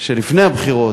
שלפני הבחירות,